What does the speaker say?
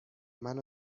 منو